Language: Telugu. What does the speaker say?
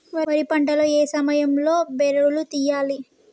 వరి పంట లో ఏ సమయం లో బెరడు లు తియ్యాలి?